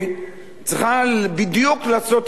צריכה לעשות בדיוק את ההיפך